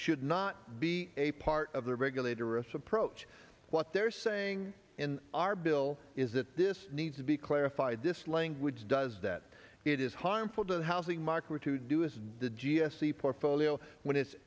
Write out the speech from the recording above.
should not be a part of the regulator or us approach what they're saying in our bill is that this needs to be clarified this language does that it is harmful to the housing market were to do with the g s t portfolio when it's